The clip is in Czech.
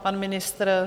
Pan ministr?